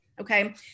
okay